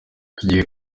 tugiye